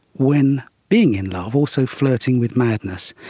when being in love, also flirting with madness.